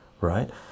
Right